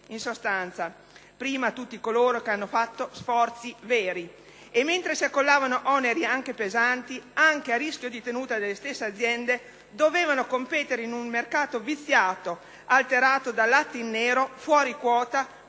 In sostanza, prima tutti coloro che hanno fatto sforzi veri e che, mentre si accollavano oneri anche pesanti, anche a rischio della tenuta delle stesse aziende, dovevano competere in un mercato viziato, alterato da latte in nero, fuori quota,